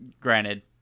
Granted